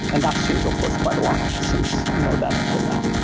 and that's changed of course quite a lot since you know then till now